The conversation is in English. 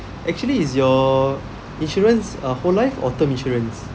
actually is your insurance a whole life or term insurance